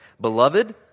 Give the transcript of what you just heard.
Beloved